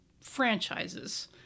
franchises